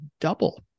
double